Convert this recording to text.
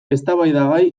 eztabaidagai